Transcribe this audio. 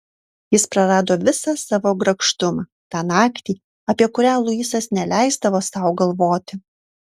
jis prarado visą savo grakštumą tą naktį apie kurią luisas neleisdavo sau galvoti